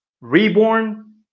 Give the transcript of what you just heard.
reborn